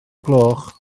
gloch